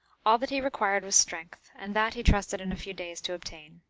all that he required was strength and that he trusted in a few days to obtain.